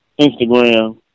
Instagram